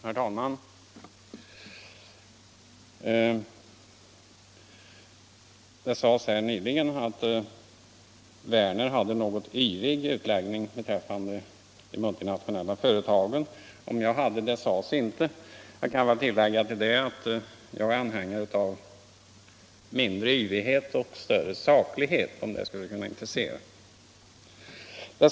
Herr talman! Det sades här att herr Werner i Tyresö hade en något yvig utläggning beträffande de multinationella företagen. Om min utläggning var sådan sades inte, men jag vill understryka att jag är anhängare av mindre yvighet och större saklighet, ifall det nu kan intressera.